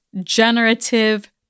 generative